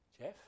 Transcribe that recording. Jeff